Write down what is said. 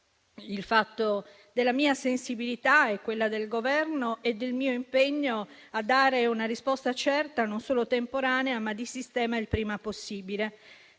proposito della mia sensibilità e di quella del Governo e del mio impegno a dare una risposta certa, non solo temporanea, ma di sistema, il prima possibile.